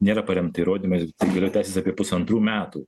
nėra paremta įrodymais tai galėjo tęstis apie pusantrų metų